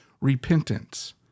repentance